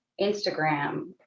instagram